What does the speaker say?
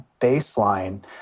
baseline